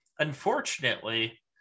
Unfortunately